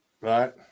right